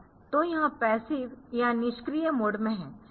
तो यह पैसिव या निष्क्रिय मोड में है